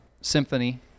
symphony